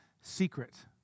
secret